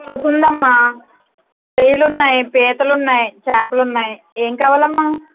పులసుందమ్మా రొయ్యలున్నాయి పీతలున్నాయి చేపలున్నాయి ఏం కావాలమ్మా